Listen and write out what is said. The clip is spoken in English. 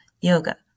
yoga